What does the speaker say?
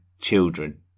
children